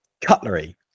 cutlery